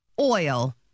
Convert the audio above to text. Oil